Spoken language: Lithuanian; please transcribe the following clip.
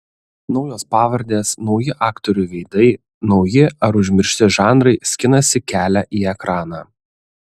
naujos pavardės nauji aktorių veidai nauji ar užmiršti žanrai skinasi kelią į ekraną